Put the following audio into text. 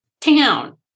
town